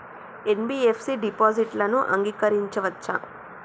NBFC డిపాజిట్లను అంగీకరించవచ్చా?